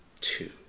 two